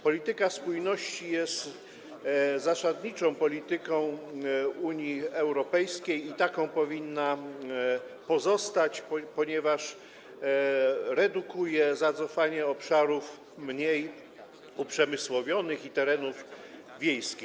Polityka spójności jest zasadniczą polityką Unii Europejskiej i taka powinna pozostać, ponieważ redukuje zacofanie obszarów mniej uprzemysłowionych i terenów wiejskich.